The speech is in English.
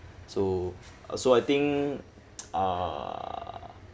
so so I think err